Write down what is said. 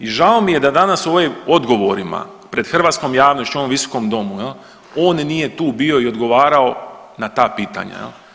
I žao mi je da danas u ovim odgovorima pred hrvatskom javnošću u ovom visokom domu, on nije tu bio i odgovarao na ta pitanja.